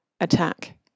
Attack